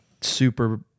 super